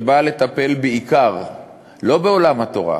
שבא לטפל בעיקר לא בעולם התורה